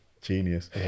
Genius